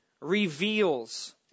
reveals